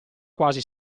quasi